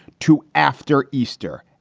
too, after easter,